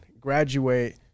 graduate